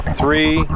three